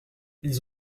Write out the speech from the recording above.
ils